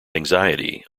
anxiety